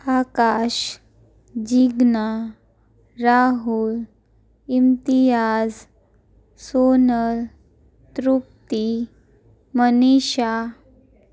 Akash Jigna Rahul Imtiaz Sonal Tripti Manisha